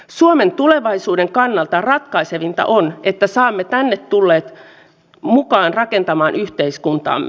suomen tulevaisuuden kannalta ratkaisevinta on että saamme tänne tulleet mukaan rakentamaan yhteiskuntaamme